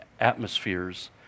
atmospheres